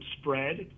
spread